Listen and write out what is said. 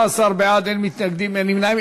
15 בעד, אין מתנגדים, אין נמנעים.